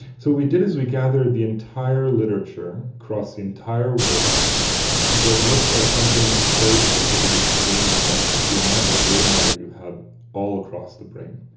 so what we did is we gathered the entire literature across the entire world that looked at something very specific which is brain structure, the amount of grey matter you have all across the brain.